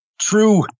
true